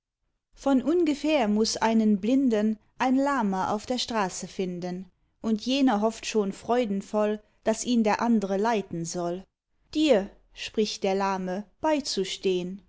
von ungefähr muß einen blinden ein lahmer auf der straße finden und jener hofft schon freudenvoll daß ihn der andre leiten soll dir spricht der lahme beizustehen